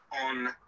on